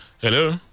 Hello